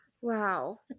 wow